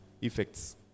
effects